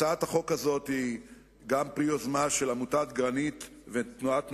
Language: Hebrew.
הצעת החוק הזאת היא גם פרי יוזמה של עמותת ג.ר.נ.י.ת ותנועת "נעמת",